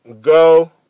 go